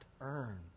earn